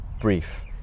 brief